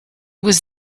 was